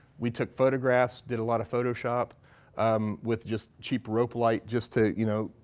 we took photographs. did a lot of photoshop with just cheap rope light, just to, you know,